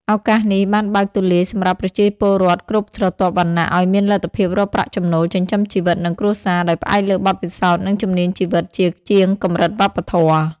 ឱកាសនេះបានបើកទូលាយសម្រាប់ប្រជាពលរដ្ឋគ្រប់ស្រទាប់វណ្ណៈឱ្យមានលទ្ធភាពរកប្រាក់ចំណូលចិញ្ចឹមជីវិត និងគ្រួសារ ដោយផ្អែកលើបទពិសោធន៍ និងជំនាញជីវិតជាជាងកម្រិតវប្បធម៌។